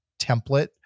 template